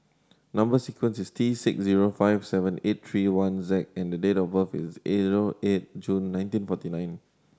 number sequence is T six zero five seven eight three one Z and date of birth is eight June nineteen forty nine